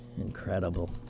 Incredible